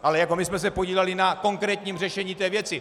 Ale my jsme se podíleli na konkrétním řešení té věci.